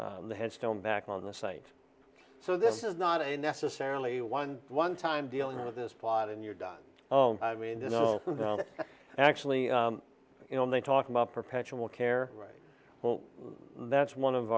the headstone back on the site so this is not a necessarily one one time dealing with this plot and you're done oh no i mean you know actually you know they talk about perpetual care right well that's one of